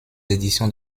éditions